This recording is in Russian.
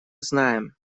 знаем